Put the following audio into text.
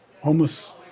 homeless